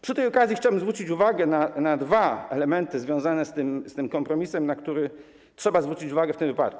Przy tej okazji chciałbym zwrócić uwagę na dwa elementy związane z tym kompromisem, na które trzeba zwrócić uwagę w tym wypadku.